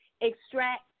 extract